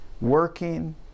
working